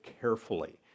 carefully